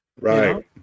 Right